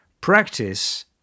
Practice